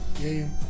game